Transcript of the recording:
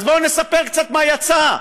אז בואו נספר קצת מה יצא,